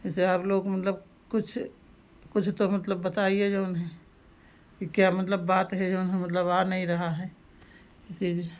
जैसे आप लोग मतलब कुछ कुछ तो मतलब बताइए जो है कि क्या मतलब बात है जो है मतलब आ नहीं रहा है इसीलिए